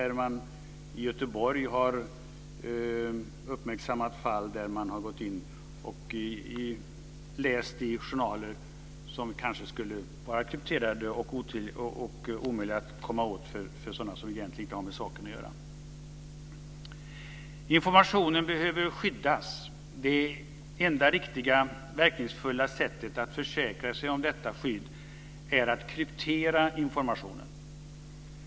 I Göteborg har man uppmärksammat fall där personer har gått in och läst i journaler som kanske borde vara krypterade och omöjliga att komma åt för personer som egentligen inte har med saken att göra. Informationen behöver skyddas. Det enda riktigt verkningsfulla sättet att försäkra sig om detta skydd är att man krypterar informationen.